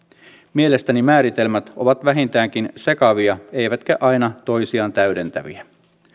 mielestäni määritelmät ovat vähintäänkin sekavia eivätkä aina toisiaan täydentäviä